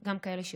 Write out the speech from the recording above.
יצא שגם אתה,